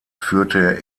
führte